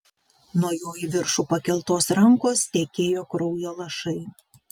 nuo jo į viršų pakeltos rankos tekėjo kraujo lašai